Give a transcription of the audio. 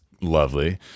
lovely